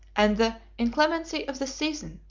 and the inclemency of the season,